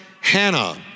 Hannah